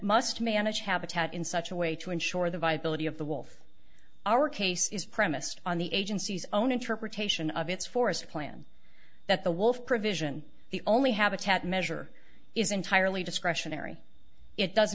must manage habitat in such a way to ensure the viability of the wolf our case is premised on the agency's own interpretation of its forest plan that the wolf provision the only habitat measure is entirely discretionary it does